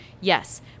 Yes